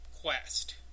Quest